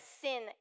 sin